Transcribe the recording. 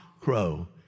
crow